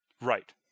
Right